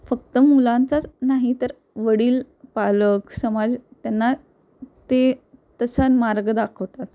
फक्त मुलांचाच नाही तर वडील पालक समाज त्यांना ते तसा मार्ग दाखवतात